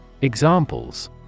Examples